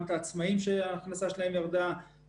אז הם לא יקבלו למרות שהם החזירו עובד לעבודה בחודש יוני.